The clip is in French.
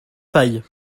paille